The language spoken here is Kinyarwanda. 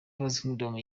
kingdom